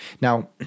Now